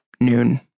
Noon